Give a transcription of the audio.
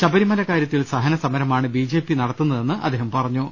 ശബരിമല കാര്യത്തിൽ സഹന സമരമാണ് ബി ജെ പി നടത്തുന്ന തെന്നും അദ്ദേഹം പറഞ്ഞു